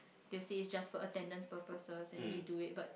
they will say it's just for attendance purposes and then you do it but